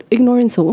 Ignorance